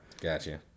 Gotcha